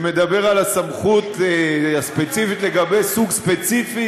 שמדבר על הסמכות הספציפית לגבי סוג ספציפי